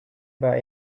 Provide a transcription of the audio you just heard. about